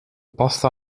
pasta